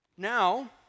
Now